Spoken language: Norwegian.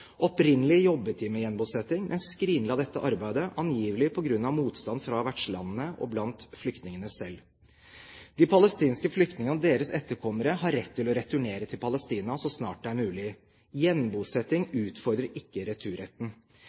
Opprinnelig jobbet de med gjenbosetting, men skrinla dette arbeidet, angivelig på grunn av motstand i vertslandene og blant flyktningene selv. De palestinske flyktningene og deres etterkommere har rett til å returnere til Palestina så snart det er mulig. Gjenbosetting utfordrer ikke returretten.